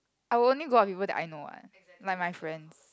I would only go out with people that I know what like my friends